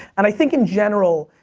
and i think in general,